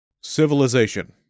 Civilization